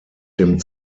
dem